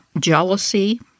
Jealousy